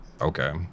Okay